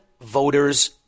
voters